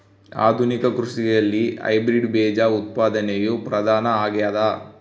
ಆಧುನಿಕ ಕೃಷಿಯಲ್ಲಿ ಹೈಬ್ರಿಡ್ ಬೇಜ ಉತ್ಪಾದನೆಯು ಪ್ರಧಾನ ಆಗ್ಯದ